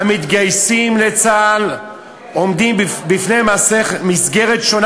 המתגייסים לצה"ל עומדים בפני מסגרת שונה